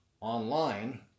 online